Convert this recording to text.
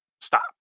stop